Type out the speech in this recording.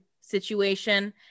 situation